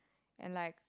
and like